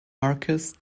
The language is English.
marcus